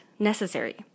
Necessary